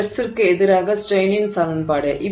ஸ்ட்ரெஸ்சிற்கு எதிராக ஸ்ட்ரைனின் சமன்பாடு